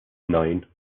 nine